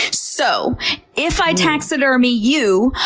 so if i taxidermy you,